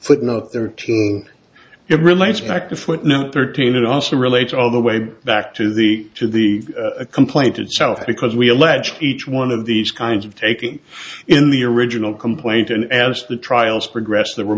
footnote thirteen it also relates all the way back to the to the complaint itself because we alleged each one of these kinds of taking in the original complaint and asked the trials progress there were